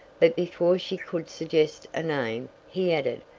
but before she could suggest a name, he added,